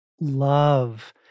love